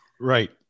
Right